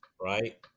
Right